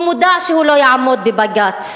הוא מודע שהוא לא יעמוד בבג"ץ,